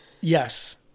Yes